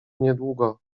niedługo